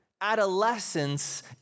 adolescence